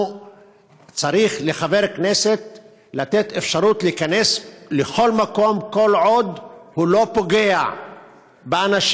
צריך לתת לחבר כנסת אפשרות להיכנס לכל מקום כל עוד הוא לא פוגע באנשים,